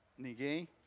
ninguém